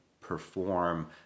perform